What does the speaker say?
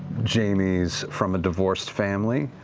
jamie's from a divorced family,